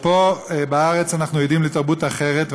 פה בארץ אנחנו יורדים לתרבות אחרת,